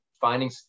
finding